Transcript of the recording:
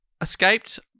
escaped